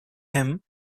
him